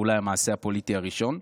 ואולי המעשה הפוליטי הראשון.